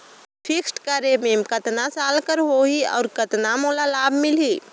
Fixed करे मे कतना साल कर हो ही और कतना मोला लाभ मिल ही?